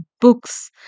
books